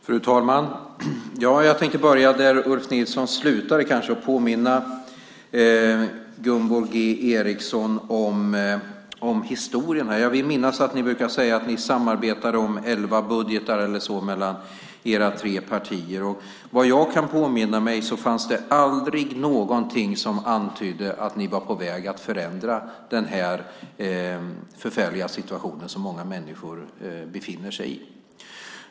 Fru talman! Jag tänkte börja där Ulf Nilsson slutade. Jag vill påminna Gunvor G Ericson om historien. Jag vill minnas att ni brukar säga att ni samarbetade om elva budgetar eller så mellan era tre partier. Vad jag kan påminna mig fanns det aldrig någonting som antydde att ni var på väg att förändra den förfärliga situation som många människor befinner sig i.